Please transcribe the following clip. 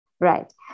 Right